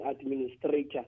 administrator